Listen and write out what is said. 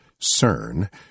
CERN